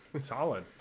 Solid